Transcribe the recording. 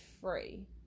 free